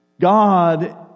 God